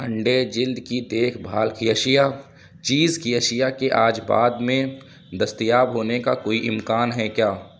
انڈے جلد کی دیکھ بھال کی اشیا چیز کی اشیا کے آج بعد میں دستیاب ہونے کا کوئی امکان ہے کیا